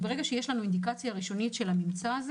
ברגע שיש לנו אינדיקציה ראשונית של הממצא הזה